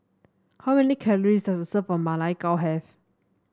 how many calories does a serve of Ma Lai Gao have